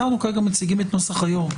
אנחנו כרגע מציגים את נוסח היו"ר.